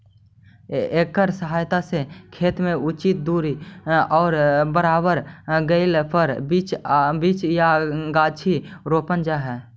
एकर सहायता से खेत में उचित दूरी और बराबर गहराई पर बीचा या गाछी रोपल जा हई